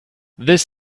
this